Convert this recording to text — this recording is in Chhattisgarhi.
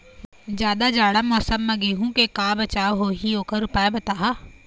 जादा जाड़ा मौसम म गेहूं के का बचाव होही ओकर उपाय बताहा?